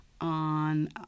on